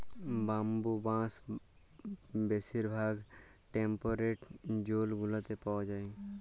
bamboo বা বাঁশ বেশির ভাগ টেম্পরেট জোল গুলাতে পাউয়া যায়